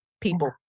people